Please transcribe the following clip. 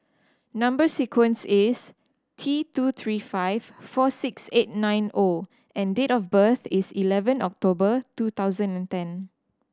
number sequence is T two three five four six eight nine O and date of birth is eleven October two thousand and ten